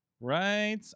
Right